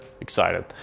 excited